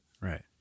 right